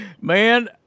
man